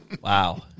Wow